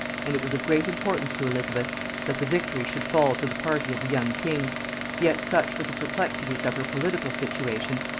and it was of great importance to elizabeth that the victory should fall to the party of the young king yet such were the perplexities of her political situation,